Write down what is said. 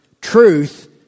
truth